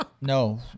No